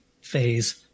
phase